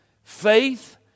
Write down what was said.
Faith